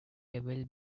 devil